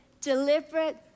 deliberate